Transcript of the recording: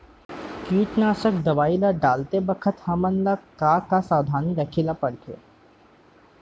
कीटनाशक दवई ल डालते बखत हमन ल का का सावधानी रखें ल पड़थे?